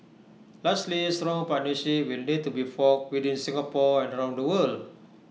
lastly strong partnerships will need to be forged within Singapore and around the world